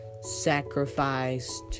sacrificed